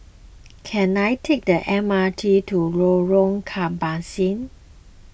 can I take the M R T to Lorong Kebasi